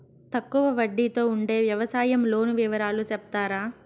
తక్కువ వడ్డీ తో ఉండే వ్యవసాయం లోను వివరాలు సెప్తారా?